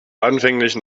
anfänglichen